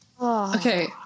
okay